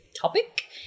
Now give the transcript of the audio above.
topic